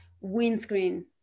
windscreen